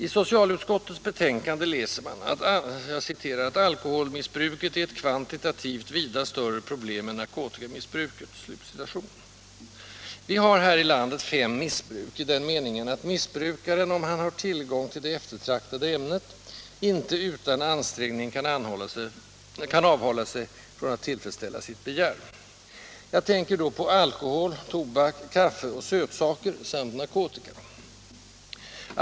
I socialutskottets betänkande läser man att ”alkoholmissbruket är ett kvantitativt vida större problem än narkotikamissbruket”. Vi har här i landet fem missbruk i den meningen att missbrukaren, om han har tillgång till det eftertraktade ämnet, inte utan ansträngning kan avhålla sig från att tillfredsställa sitt begär. Jag tänker då på alkohol, tobak, kaffe och sötsaker samt narkotika.